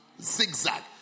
zigzag